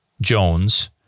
Jones